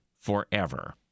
forever